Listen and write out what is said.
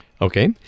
Okay